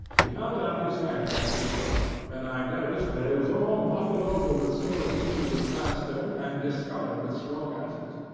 he held out his hand as he spoke, and i noticed that it was all mottled over with similar pieces of plaster, and discoloured with strong acids.